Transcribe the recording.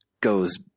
goes